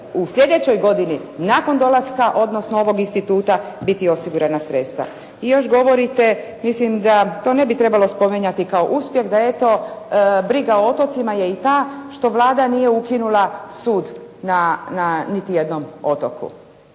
u sljedećoj godini nakon dolaska odnosno ovog instituta biti osigurana sredstva. I još govorite, mislim da to ne bi trebalo spominjati kao uspjeh da eto briga o otocima je i ta što Vlada nije ukinula sud na niti jednom otoku.